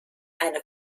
eine